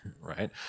right